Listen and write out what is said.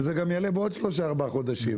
זה גם יעלה בעוד שלושה-ארבעה חודשים,